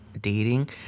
dating